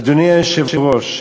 אדוני היושב-ראש,